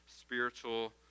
spiritual